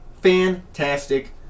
fantastic